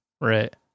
right